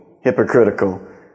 hypocritical